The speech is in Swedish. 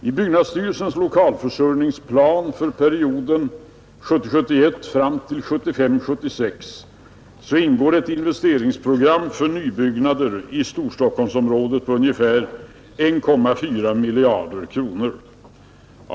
I byggnadsstyrelsens lokalförsörjningsplan för perioden 1970 76 ingår ett investeringsprogram för nybyggnader i Storstockholmsområdet på ungefär 1,4 miljarder kronor.